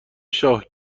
شاه